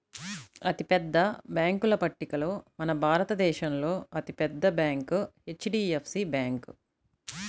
అతిపెద్ద బ్యేంకుల పట్టికలో మన భారతదేశంలో అతి పెద్ద బ్యాంక్ హెచ్.డీ.ఎఫ్.సీ బ్యాంకు